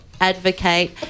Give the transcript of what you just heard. advocate